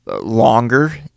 longer